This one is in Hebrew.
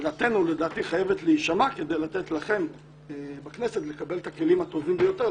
אבל דעתנו חייבת להישמע כדי לתת לכם בכנסת את הכלים הטובים ביותר,